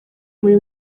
muri